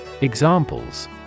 Examples